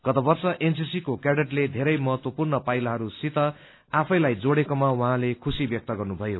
गत वर्ष एनससी को कैडेटले धेरै महत्वपूर्ण पाईलाहस्सित आफैलाई जोड़ेकोमा उहाँले खुश्री व्यक्त गर्नुपर्यो